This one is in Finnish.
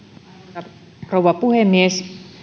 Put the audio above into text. arvoisa rouva puhemies